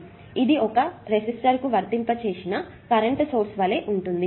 కాబట్టి ఇది ఇది ఓకే రెసిస్టర్ కు వర్తింప చేసిన కరెంటు సోర్స్ వలె ఉంటుంది